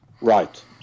Right